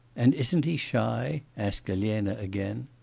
and isn't he shy asked elena again.